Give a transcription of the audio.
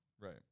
Right